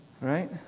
right